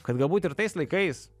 kad galbūt ir tais laikais